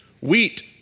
Wheat